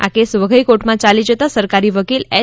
આ કેસ વઘઈ કોર્ટમાં ચાલી જતાં સરકારી વકીલ એચ